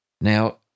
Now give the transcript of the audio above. Now